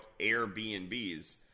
Airbnbs